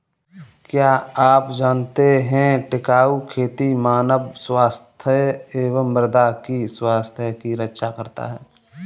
क्या आप जानते है टिकाऊ खेती मानव स्वास्थ्य एवं मृदा की स्वास्थ्य की रक्षा करता हैं?